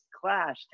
clash